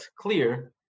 clear